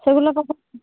সেগুলো পাঠাচ্ছি